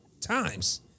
times